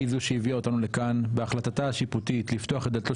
היא זו שהביאה אותנו לכאן בהחלטתה השיפוטית לפתוח את דלתו